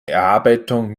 erarbeitung